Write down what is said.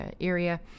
area